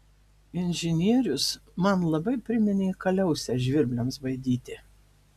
inžinierius man labai priminė kaliausę žvirbliams baidyti